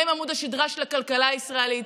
הם עמוד השדרה של הכלכלה הישראלית,